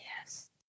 yes